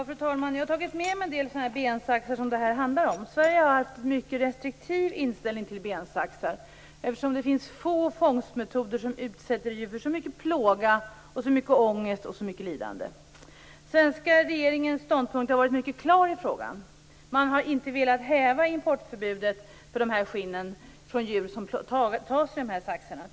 Fru talman! Jag har tagit med mig några bensaxar av den typ som detta handlar om. Sverige har haft en mycket restriktiv inställning till bensaxar, eftersom det finns få fångstmetoder som utsätter djuren för så mycket plåga, ångest och lidande. Den svenska regeringens ståndpunkt i frågan har varit mycket klar. Man har inte velat häva importförbudet när det gäller skinn från djur som fångats i bensaxar.